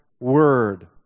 Word